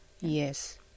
yes